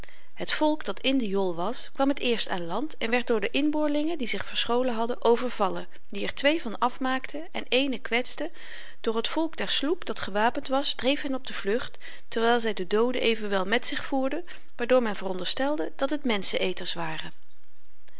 het volk dat in de jol was kwam het eerst aan land en werd door de inboorlingen die zich verscholen hadden overvallen die er twee van afmaakten en eenen kwetsten doch het volk der sloep dat gewapend was dreef hen op de vlugt terwyl zy de dooden evenwel met zich voerden waardoor men veronderstelde dat het